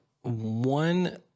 one